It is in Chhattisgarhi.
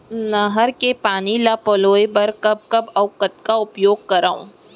नहर के पानी ल पलोय बर कब कब अऊ कतका उपयोग करंव?